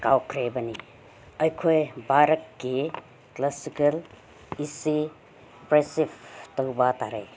ꯀꯥꯎꯈ꯭ꯔꯕꯅꯤ ꯑꯩꯈꯣꯏ ꯚꯥꯔꯠꯀꯤ ꯀ꯭ꯂꯥꯁꯤꯀꯦꯜ ꯑꯁꯤ ꯄꯔꯁꯤꯚ ꯇꯧꯕ ꯇꯥꯔꯦ